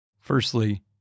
Firstly